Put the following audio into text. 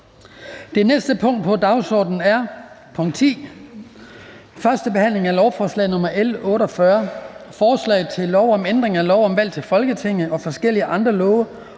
Det næste punkt på dagsordenen er: 10) 1. behandling af lovforslag nr. L 48: Forslag til lov om ændring af lov om valg til Folketinget og forskellige andre love